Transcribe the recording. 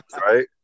right